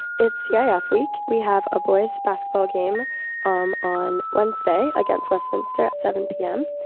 it's yeah ah cif week, we have a boys basketball game um on wednesday against westminster at seven p m.